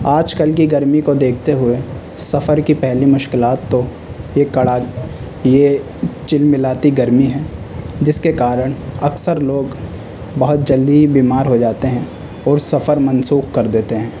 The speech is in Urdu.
آج کل کی گرمی کو دیکھتے ہوئے سفر کی پہلی مشکلات تو یہ کڑاک یہ چلملاتی گرمی ہے جس کے کارن اکثر لوگ بہت جلدی ہی بیمار ہو جاتے ہیں اور سفر منسوخ کر دیتے ہیں